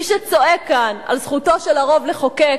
מי שצועק כאן על זכותו של הרוב לחוקק,